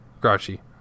Grouchy